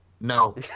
No